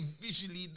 visually